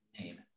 Amen